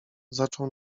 zaczął